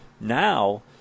Now